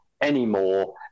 anymore